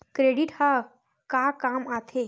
Credit ह का काम आथे?